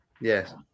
Yes